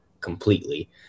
completely